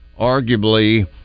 arguably